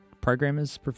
Programmers